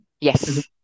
Yes